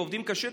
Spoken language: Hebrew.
ועובדים קשה,